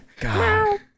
God